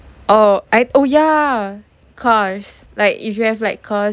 oh I oh ya cars like if you have like cars